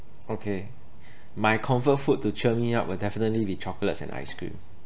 okay my comfort food to cheer me up will definitely be chocolates and ice cream